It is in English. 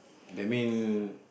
that mean